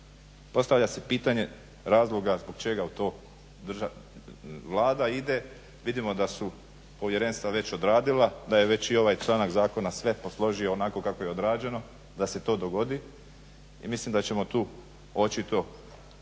postavlja se pitanje razloga zbog čega u to Vlada ide, vidimo da su povjerenstva već odradila, da je već i ovaj članak zakona sve posložio onako kako je odrađeno, da se to dogodi i mislim da ćemo tu očito